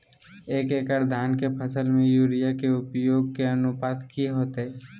एक एकड़ धान के फसल में यूरिया के उपयोग के अनुपात की होतय?